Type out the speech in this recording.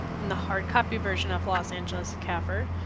in the hard copy version of los angeles cafr,